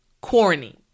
corny